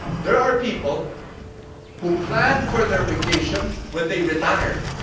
there are people who plan for their vacation when they retire.